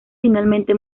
finalmente